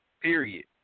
Period